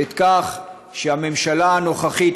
את זה שהממשלה הנוכחית,